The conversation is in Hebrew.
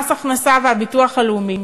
מס הכנסה והביטוח הלאומי